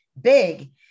big